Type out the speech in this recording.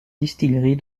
distillerie